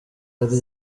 yari